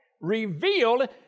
Revealed